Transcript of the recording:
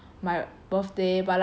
my birthday but like